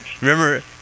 Remember